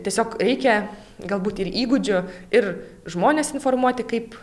tiesiog reikia galbūt ir įgūdžių ir žmones informuoti kaip